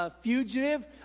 fugitive